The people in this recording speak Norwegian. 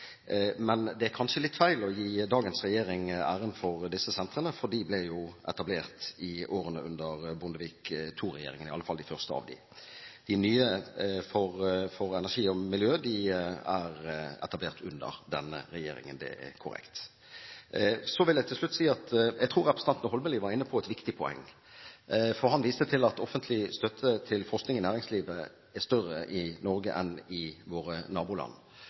Men det er kanskje litt feil å gi dagens regjering æren for disse sentrene, for de ble etablert i løpet av årene under Bondevik II-regjeringen, i alle fall de første av dem. De nye, for energi og miljø, er etablert under denne regjeringen – det er korrekt. Så vil jeg til slutt si at jeg tror representanten Holmelid var inne på et viktig poeng, for han viste til at offentlig støtte til forskning i næringslivet er større i Norge enn i våre naboland.